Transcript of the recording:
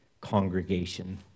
congregation